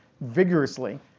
vigorously